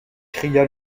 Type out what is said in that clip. cria